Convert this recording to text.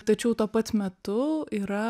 tačiau tuo pat metu yra